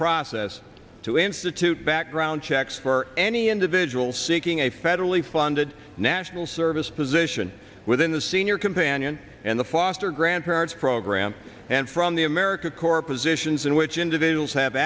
process to institute background checks for any individual seeking a federally funded national service position within the senior companion and the foster grandparents program and from the america core positions in which individuals have